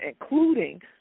including